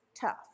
tough